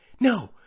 No